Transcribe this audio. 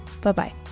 Bye-bye